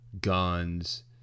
guns